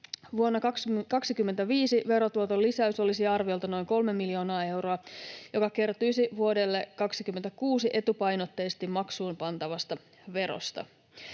Vuonna 2025 verotuoton lisäys olisi arviolta noin kolme miljoonaa euroa, joka kertyisi vuodelle 2026 etupainotteisesti maksuunpantavasta verosta.